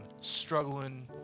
struggling